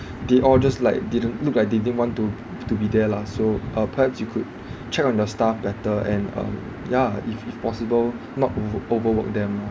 they all just like didn't look like they didn't want to to be there lah so uh perhaps you could check on your staff better and um ya if if possible not over~ overwork them lah